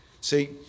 See